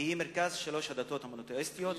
כי אם מרכז שלוש הדתות המונותיאיסטיות,